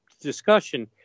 discussion